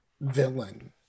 villain